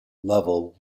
level